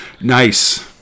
Nice